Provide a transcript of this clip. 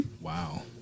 Wow